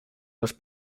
los